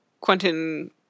Quentin